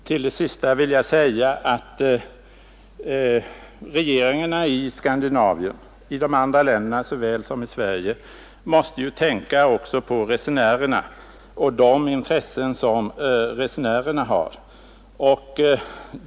Herr talman! Till det sista vill jag säga att regeringarna såväl i Sverige som i de andra länderna i Skandinavien måste tänka även på resenärerna och deras intressen.